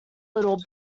little